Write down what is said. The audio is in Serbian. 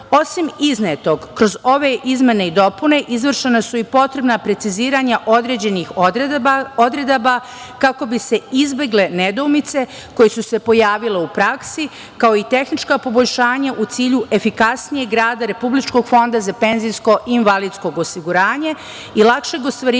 iznetog, kroz ove izmene i dopune izvršena su i potrebna preciziranja određenih odredaba kako bi se izbegle nedoumice koje su se pojavile u praksi, kao i tehnička poboljšanja u cilju efikasnijeg rada Republičkog fonda PIO i lakšeg ostvarivanja